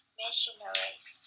missionaries